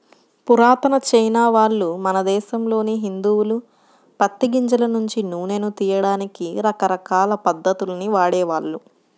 పురాతన చైనావాళ్ళు, మన దేశంలోని హిందువులు పత్తి గింజల నుంచి నూనెను తియ్యడానికి రకరకాల పద్ధతుల్ని వాడేవాళ్ళు